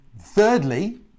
thirdly